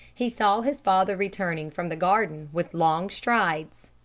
he saw his father returning from the garden with long strides.